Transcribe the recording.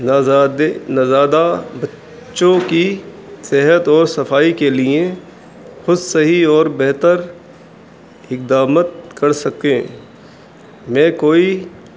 نزادے نزادہ بچوں کی صحت اور صفائی کے لیے خود صحیح اور بہتر اقدامت کر سکیں میں کوئی